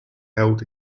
held